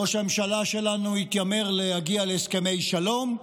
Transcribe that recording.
ראש הממשלה שלנו התיימר להגיע להסכמי שלום,